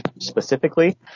specifically